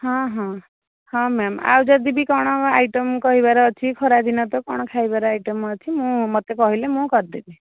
ହଁ ହଁ ହଁ ମ୍ୟାମ୍ ଆଉ ଯଦି ବି କ'ଣ ଆଇଟମ୍ କରିବାର ଅଛି ଖରା ଦିନ ତ କ'ଣ ଖାଇବାର ଆଇଟମ୍ ଅଛି ମୁଁ ମୋତେ କହିଲେ ମୁଁ କରିଦେବି